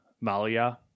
Malia